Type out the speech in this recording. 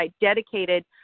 dedicated